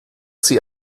sie